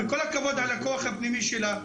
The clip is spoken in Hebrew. וכל הכבוד על הכוח הפנימי שלה.